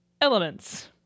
elements